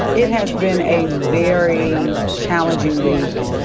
it has been a very challenging week.